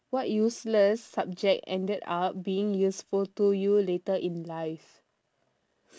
what useless subject ended up being useful to you later in life